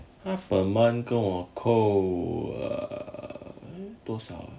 half a month 跟我扣 err 多少